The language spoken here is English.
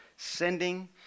Sending